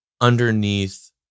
underneath